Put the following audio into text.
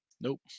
nope